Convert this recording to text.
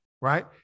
right